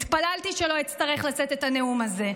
התפללתי שלא אצטרך לשאת את הנאום הזה,